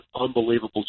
unbelievable